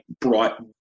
brought